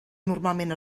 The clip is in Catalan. normalment